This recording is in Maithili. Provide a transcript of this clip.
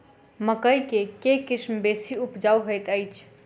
मकई केँ के किसिम बेसी उपजाउ हएत अछि?